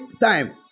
time